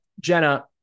Jenna